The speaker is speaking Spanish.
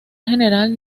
general